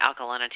alkalinity